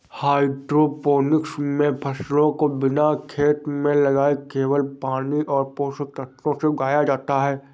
hydroponics मे फसलों को बिना खेत में लगाए केवल पानी और पोषक तत्वों से उगाया जाता है